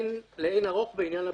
לאין ערוך בעניין הבטיחות.